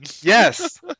Yes